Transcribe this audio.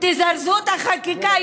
תזרזו את החקיקה.